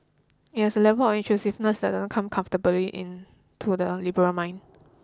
it has a level of intrusiveness that doesn't come comfortably in to the liberal mind